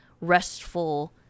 restful